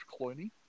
Clooney